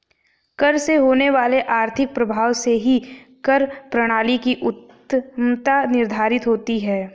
कर से होने वाले आर्थिक प्रभाव से ही कर प्रणाली की उत्तमत्ता निर्धारित होती है